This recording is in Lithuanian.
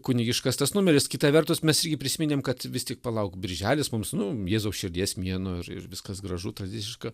kunigiškas tas numeris kita vertus mes irgi prisiminėm kad vis tik palauk birželis mums nu jėzaus širdies mėnuo ir ir viskas gražu tradiciška